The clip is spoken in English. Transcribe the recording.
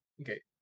okay